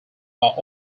are